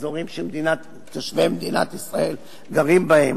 אזורים שתושבי מדינת ישראל גרים בהם,